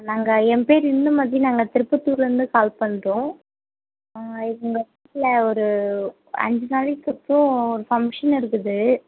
நாங்கள் என் பேர் இந்துமதி நாங்கள் திருப்பத்தூர்லிருந்து கால் பண்ணுறோம் எங்கள் வீட்டில் ஒரு அஞ்சு நாளைக்கப்புறம் ஒரு ஃபங்க்ஷன் இருக்குது